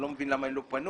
אני לא מבין למה הם לא פנו